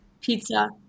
pizza